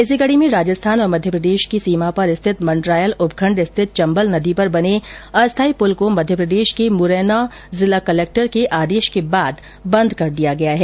इसी कडी में राजस्थान और मध्य प्रदेश की सीमा पर स्थित मंडरायल उपखंड स्थित चंबल नदी पर बने अस्थाई पुल को मध्यप्रदेश के मुरैना जिला कलेक्टर के आदेश के बाद बंद कर दिया गया है